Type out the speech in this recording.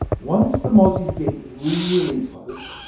once the mozzies get really close,